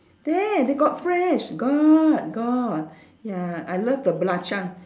there they got fresh got got ya I love the belacan